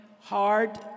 hard